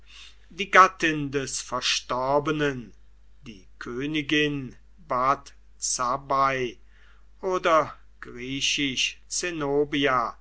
die gattin des verstorbenen die königin bat zabbai oder